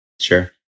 Sure